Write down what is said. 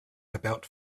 about